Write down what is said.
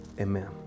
Amen